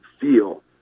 feel